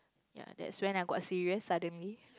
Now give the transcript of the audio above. ya that's when I got serious suddenly